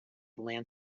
land